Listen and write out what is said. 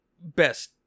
best